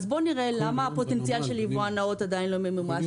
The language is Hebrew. בוא נראה למה הפוטנציאל של יבואן נאות עדיין לא ממומש.